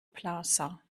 plaza